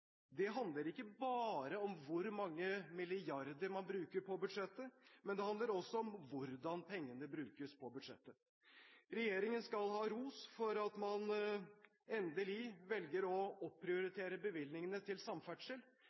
handler ikke bare om hvor mange milliarder man bruker på budsjettet, men også om hvordan pengene brukes på budsjettet. Regjeringen skal ha ros for at den endelig velger å oppprioritere bevilgningene til samferdsel,